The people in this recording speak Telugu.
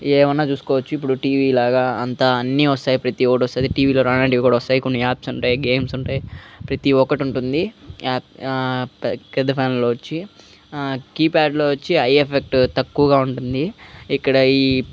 ఏమన్నా చూసుకోవచ్చు ఇప్పుడు టీవీలాగా అంతా అన్నీ వస్తాయి ప్రతీ ఒకటి వస్తుంది టీవీలో రానేటివి కూడా వస్తాయి కొన్ని యాప్స్ ఉంటాయి గేమ్స్ ఉంటాయి ప్రతీ ఒకటి ఉంటుంది పెద్ద ఫోన్లో వచ్చి కీప్యాడ్లో వచ్చి ఐ ఎఫెక్ట్ తక్కువగా ఉంటుంది ఇక్కడ ఈ